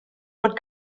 fod